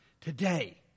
today